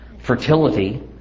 fertility